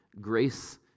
Grace